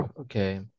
okay